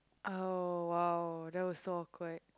oh !wow! that was so awkward